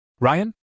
Ryan